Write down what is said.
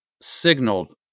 signaled